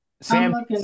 Sam